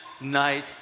night